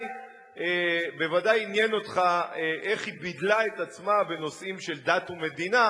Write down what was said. בוודאי עניין אותך איך היא בידלה את עצמה בנושאים של דת ומדינה,